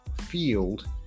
field